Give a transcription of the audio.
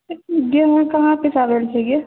गेहूँ आर कहाँ पिसावै लए छै गे